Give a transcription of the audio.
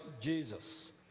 Jesus